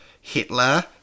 Hitler